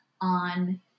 on